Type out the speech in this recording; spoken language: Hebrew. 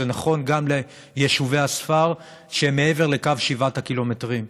זה נכון גם ליישובי הספר שהם מעבר לקו שבעת הקילומטרים.